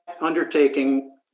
undertaking